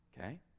Okay